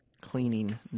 cleaning